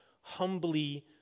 humbly